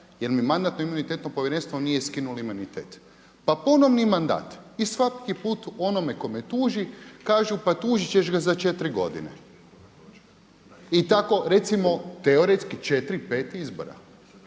jer mi Mandatno-imunitetno povjerenstvo nije skinulo imunitet. Pa ponovni mandat i svaki put onome tko me tuži kažu pa tužit ćeš ga za četiri godine. I tako recimo teoretski četiri,